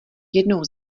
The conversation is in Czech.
jednou